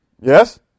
Yes